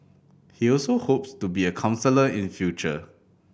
he also hopes to be a counsellor in future